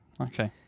Okay